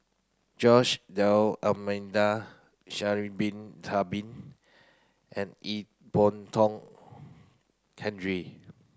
Jose D'almeida Sha'ari bin Tadin and Ee Boon Kong Henry